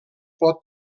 pot